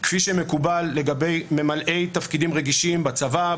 כפי שמקובל לגבי ממלאי תפקידים רגישים בצבא,